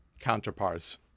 counterparts